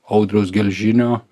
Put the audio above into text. audriaus gelžinio